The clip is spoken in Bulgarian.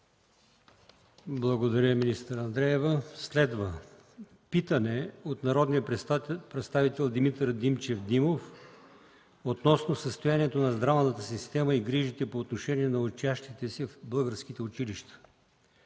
Благодаря, министър Андреева. Следва питане от народния представител Димитър Димчев Димов относно състоянието на здравната система и грижите по отношение на учащите се в българските училища.